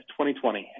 2020